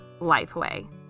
LifeWay